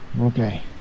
Okay